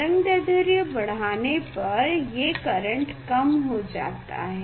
तरंगदैढ्र्य बढ़ाने पर ये करेंट कम जो जाता है